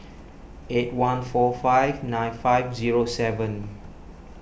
eight one four five nine five zero seven